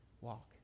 walk